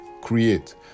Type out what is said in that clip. create